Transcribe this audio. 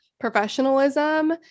Professionalism